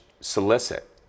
solicit